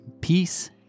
Peace